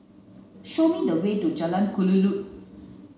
show me the way to Jalan Kelulut